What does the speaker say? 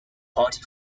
party